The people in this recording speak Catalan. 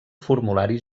formulari